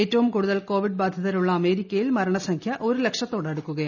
ഏറ്റവും കൂടുതൽ കോവിഡ് ബാധിതരുള്ള അമേരിക്കയിൽ മരണസംഖ്യ ഒരു ലക്ഷത്തോട് അടുക്കുകയാണ്